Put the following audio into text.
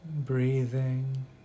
Breathing